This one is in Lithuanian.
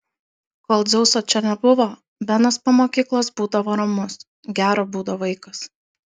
kol dzeuso čia nebuvo benas po mokyklos būdavo ramus gero būdo vaikas